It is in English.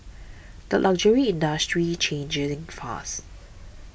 the luxury industry's changing ding fast